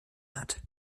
hat